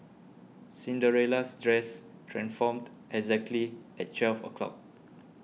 Cinderella's dress transformed exactly at twelve o'clock